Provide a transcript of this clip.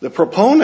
the proponent